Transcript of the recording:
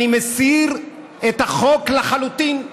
אני מסיר את החוק לחלוטין.